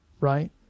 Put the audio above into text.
right